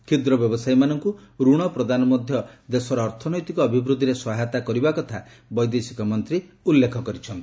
କ୍ଷୁଦ୍ର ବ୍ୟବସାୟୀମାନଙ୍କୁ ରଣ ପ୍ରଦାନ ମଧ୍ୟ ଦେଶର ଅର୍ଥନୈତିକ ଅଭିବୃଦ୍ଧିରେ ସହାୟତା କରିବା କଥା ବୈଦେଶିକ ମନ୍ତ୍ରୀ ଉଲ୍ଲେଖ କରିଚ୍ଛନ୍ତି